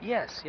Yes